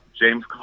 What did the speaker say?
James